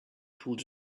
pulled